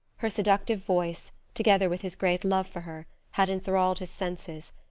her seductive voice, together with his great love for her, had enthralled his senses,